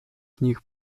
knih